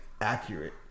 Accurate